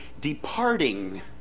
departing